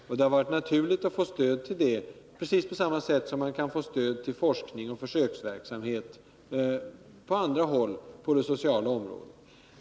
Och det har varit naturligt att stöd har utgått till Malmö kommun, på samma sätt som kommunerna kan få stöd till forskning och försöksverksamhet på andra håll inom det sociala området.